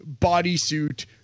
bodysuit